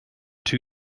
too